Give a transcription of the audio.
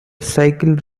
cycle